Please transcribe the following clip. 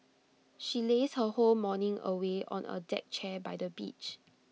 she lazed her whole morning away on A deck chair by the beach